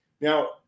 Now